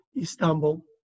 Istanbul